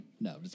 No